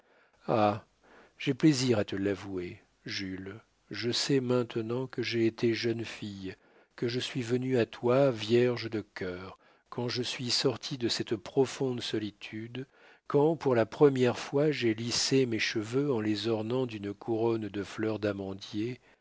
ah j'ai plaisir à te l'avouer jules je sais maintenant que j'ai été jeune fille que je suis venue à toi vierge de cœur quand je suis sortie de cette profonde solitude quand pour la première fois j'ai lissé mes cheveux en les ornant d'une couronne de fleurs d'amandier